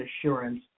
assurance